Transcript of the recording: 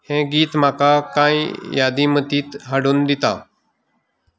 हें गीत म्हाका कांय यादी मतींत हाडून दिता